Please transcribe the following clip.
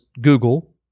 Google